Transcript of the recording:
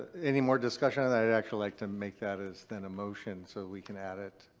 any more discussion on that? i'd actually like to make that as then a motion so we can add it.